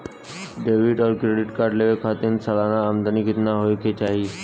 Debit और credit card लेवे के खातिर सलाना आमदनी कितना हो ये के चाही?